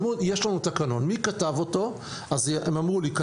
אמרו יש לנו תקנון.